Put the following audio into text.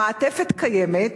המעטפת קיימת,